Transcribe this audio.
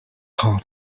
hard